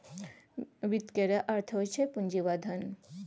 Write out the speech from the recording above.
वित्त केर अर्थ होइ छै पुंजी वा धन